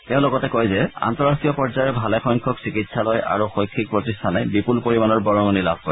তেওঁ লগতে কয় যে আন্তঃৰাষ্ট্ৰীয় পৰ্যায়ৰ ভালেসংখ্যক চিকিৎসালয় আৰু শৈক্ষিক প্ৰতিষ্ঠানে বিপুল পৰিমাণৰ বৰঙণি লাভ কৰে